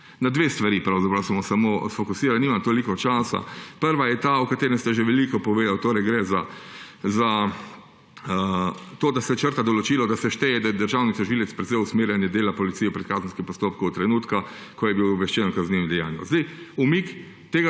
na dejstva. Če se usmerim samo na dve strani, nimam toliko časa. Prva je ta, o kateri ste že veliko povedali, gre za to, da se črta določilo, da se šteje, da je državni tožilec prevzel usmerjanje dela policije v predkazenskem postopku od trenutka, ko je bil obveščen o kaznivem dejanju. Umik